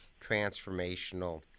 transformational